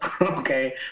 Okay